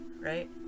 right